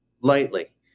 lightly